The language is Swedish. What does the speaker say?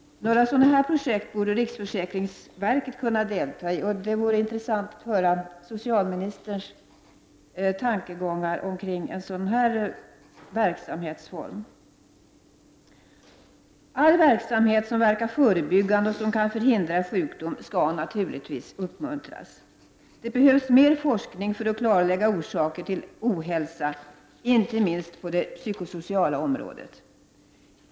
Några sådana projekt borde riksförsäkringsverket kunna delta i. Det vore intressant att höra socialministerns reaktion på tankarna kring en sådan här verksamhet. All verksamhet som verkar förebyggande och som kan förhindra sjukdom skall naturligtvis uppmuntras. Det behövs mer forskning för att klarlägga orsaker till ohälsa — inte minst på det psykosociala området.